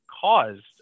caused